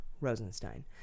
Rosenstein